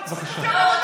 בבקשה.